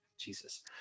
Jesus